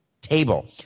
table